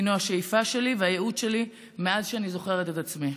הוא השאיפה שלי והייעוד שלי מאז שאני זוכרת את עצמי.